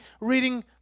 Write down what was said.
reading